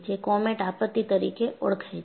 જે કોમેટ આપત્તિ તરીકે ઓળખાય છે